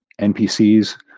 NPCs